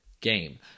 game